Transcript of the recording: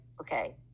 okay